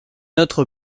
autre